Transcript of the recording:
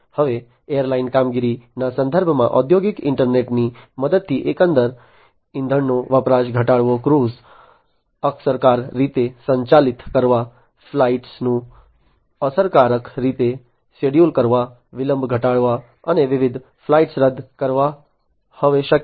હવે એરલાઇન કામગીરીના સંદર્ભમાં ઔદ્યોગિક ઇન્ટરનેટની મદદથી એકંદર ઇંધણનો વપરાશ ઘટાડવા ક્રૂને અસરકારક રીતે સંચાલિત કરવા ફ્લાઇટ્સનું અસરકારક રીતે શેડ્યૂલ કરવા વિલંબ ઘટાડવા અને વિવિધ ફ્લાઇટ રદ કરવા હવે શક્ય છે